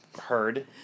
heard